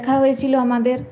দেখা হয়েছিল আমাদের